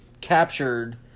captured